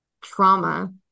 trauma